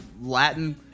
Latin